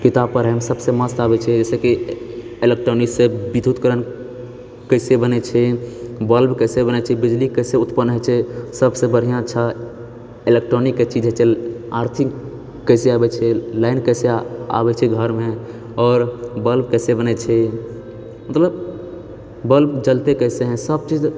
किताब पढ़ैमे सबसे मस्त आबैत छै जैसे कि इलेक्ट्रॉनिक से विद्युत कऽ कैसे बनै छै बल्ब कैसे बनै छै बिजली कैसे उत्पन्न होइ छै सबसे बढ़िआँ अच्छा इलेक्ट्रॉनिकके चीज हय छै अर्थिंग कैसे आबैत छै लाइन कैसे आबैत छै घरमे आओर बल्ब कैसे बनै छै मतलब बल्ब जलते कैसे हैं सबचीज